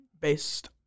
Based